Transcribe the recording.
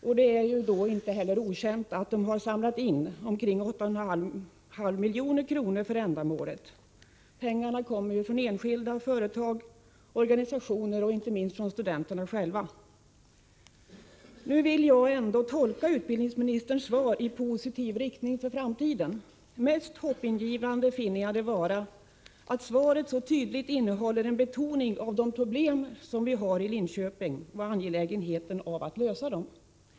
Det är inte heller okänt att studenterna samlat in omkring 8,5 milj.kr. för ändamålet. Pengarna kommer från enskilda, företag, organisationer och inte minst från studenterna själva. Nu vill jag ändå tolka utbildningsministerns svar i positiv riktning för framtiden. Mest hoppingivande finner jag det vara att svaret så tydligt innehåller en betoning av de problem vi har i Linköping och angelägenheten av att lösa dem.